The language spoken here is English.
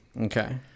Okay